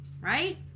Right